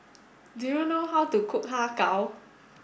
do you know how to cook Har Kow